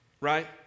right